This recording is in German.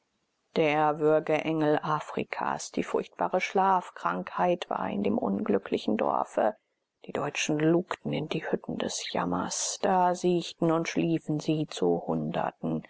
der würgengel afrikas die furchtbare schlafkrankheit war in dem unglücklichen dorfe die deutschen lugten in die hütten des jammers da siechten und schliefen sie zu hunderten